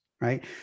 right